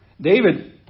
David